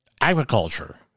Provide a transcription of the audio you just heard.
agriculture